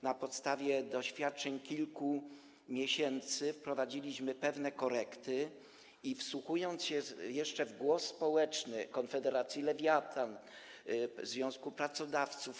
Na podstawie doświadczeń z kilku miesięcy wprowadziliśmy pewne korekty, wsłuchując się jeszcze w głos społeczny - Konfederacji Lewiatan, Związku Pracodawców Polskich.